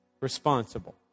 responsible